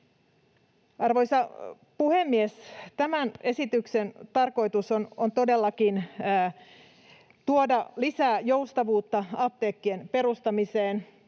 Arvoisa puhemies! Tämän esityksen tarkoitus on todellakin tuoda lisää joustavuutta apteekkien perustamiseen.